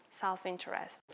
self-interest